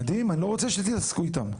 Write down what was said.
מדהים, אני לא רוצה שתתעסקו איתם.